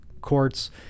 courts